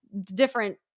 different